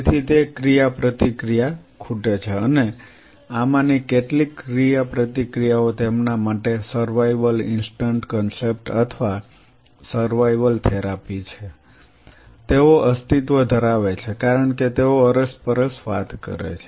તેથી તે ક્રિયાપ્રતિક્રિયા ખૂટે છે અને આમાંની કેટલીક ક્રિયાપ્રતિક્રિયાઓ તેમના માટે સર્વાઇવલ ઇન્સ્ટન્ટ કન્સેપ્ટ અથવા સર્વાઇવલ થેરાપી છે તેઓ અસ્તિત્વ ધરાવે છે કારણ કે તેઓ અરસપરસ વાત કરે છે